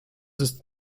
ist